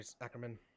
Ackerman